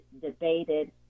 debated